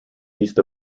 east